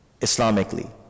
Islamically